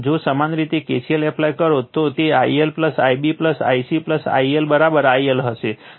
જો સમાન રીતે KCL એપ્લાય કરો તો તે IL Ib Ic IL IL હશે